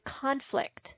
conflict